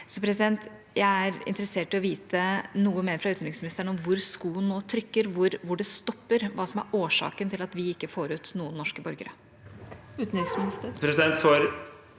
Jeg er interessert i å vite noe mer fra utenriksministeren om hvor skoen nå trykker, hvor det stopper, hva som er årsaken til at vi ikke får ut noen norske borgere.